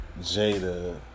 Jada